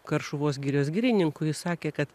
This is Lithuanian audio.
karšuvos girios girininku jis sakė kad